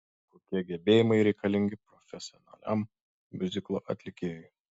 kokie gebėjimai reikalingi profesionaliam miuziklo atlikėjui